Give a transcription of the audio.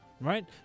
right